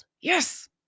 Yes